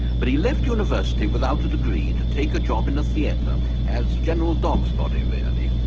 but he left university without a degree to take a job in a theater as general dogsbody, really.